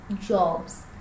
jobs